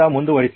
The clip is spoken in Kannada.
ಮುಂದುವರಿಸಿ